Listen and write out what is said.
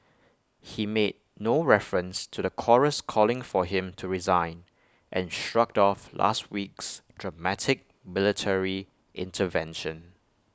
he made no reference to the chorus calling for him to resign and shrugged off last week's dramatic military intervention